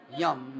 yum